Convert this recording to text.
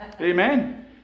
Amen